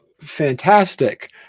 fantastic